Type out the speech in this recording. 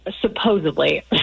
supposedly